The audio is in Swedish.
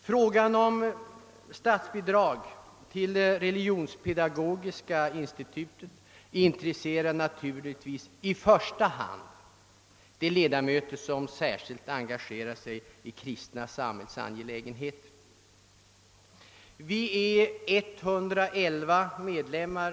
Frågan om statsbidrag till Religionspedagogiska institutet intresserar natur ligtvis i första hand de ledamöter som särskilt engagerar sig i kristna samhällsangelägenheter. Det rör sig om ett anslag på 25000 kronor.